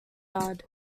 yard